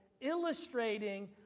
illustrating